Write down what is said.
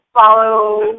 follow